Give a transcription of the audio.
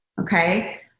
okay